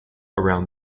around